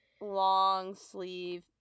long-sleeve